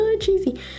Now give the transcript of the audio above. Cheesy